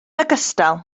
ogystal